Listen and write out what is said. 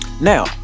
now